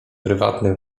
prywatny